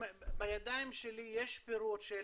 בידיים שלי יש פירוט של